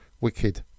Wicked